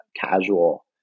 casual